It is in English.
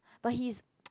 but he's